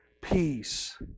peace